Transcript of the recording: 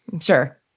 Sure